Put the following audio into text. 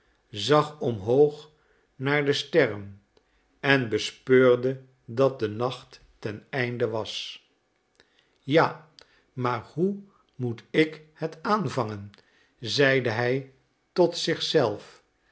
zag omhoog naar de sterren en bespeurde dat de nacht ten einde was ja maar hoe moet ik het aanvangen zeide hij tot